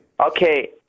Okay